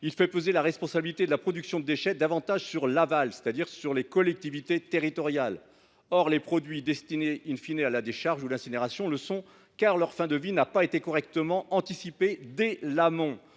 elle fait peser la responsabilité de la production de déchets davantage sur l’aval, c’est à dire sur les collectivités territoriales. Or les produits destinés à la décharge ou à l’incinération le sont, car leur fin de vie n’a pas été correctement anticipée dès l’amont.